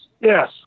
yes